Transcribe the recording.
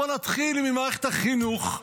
בוא נתחיל ממערכת החינוך: